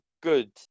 good